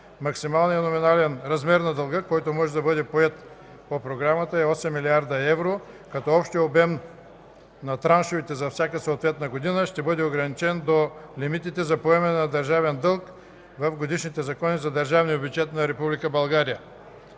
Максималният номинален размер на дълга, който може да бъде поет по програмата, е 8 млрд. евро, като общият обем на траншовете за всяка съответна година ще бъде ограничен до лимитите за поемане на държавен дълг в годишните закони за държавния бюджет на